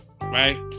Right